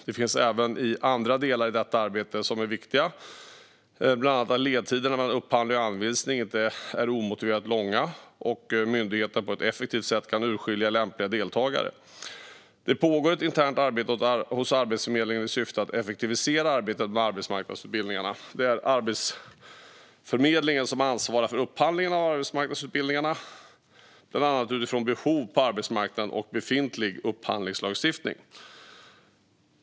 Det finns även andra delar i detta arbete som är viktiga, bland annat att ledtiderna mellan upphandling och anvisning inte är omotiverat långa och att myndigheten på ett effektivt sätt kan hitta lämpliga deltagare. Det pågår ett internt arbete hos Arbetsförmedlingen i syfte att effektivisera arbetet med arbetsmarknadsutbildningarna. Arbetsförmedlingen ansvarar för upphandlingen av arbetsmarknadsutbildningarna, bland annat utifrån behov på arbetsmarknaden och befintlig upphandlingslagstiftning.